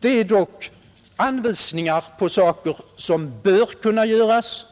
är dock att man har lämnat anvisningar på saker som bör kunna göras.